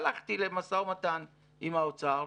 והלכתי למשא ומתן עם האוצר.